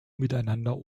miteinander